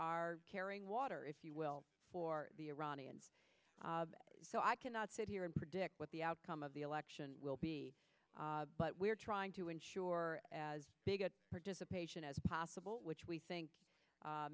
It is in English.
are carrying water if you will or iranian so i cannot sit here and predict what the outcome of the election will be but we're trying to ensure as big a participation as possible which we think